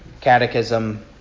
catechism